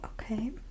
okay